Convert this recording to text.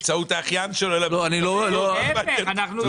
שהוא לא יבנה באמצעות האחיין שלו?